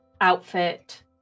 outfit